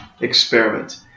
experiment